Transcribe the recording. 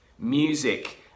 Music